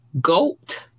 goat